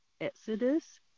Exodus